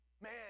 Man